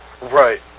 Right